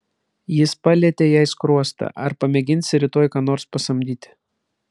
jis palietė jai skruostą ar pamėginsi rytoj ką nors pasamdyti